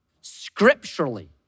Scripturally